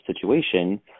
situation